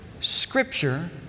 scripture